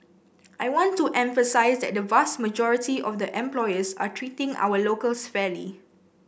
I want to emphasise that the vast majority of the employers are treating our locals fairly